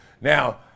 Now